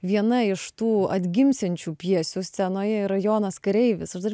viena iš tų atgimsiančių pjesių scenoj yra jonas kareivis aš dar